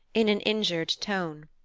in an injured tone.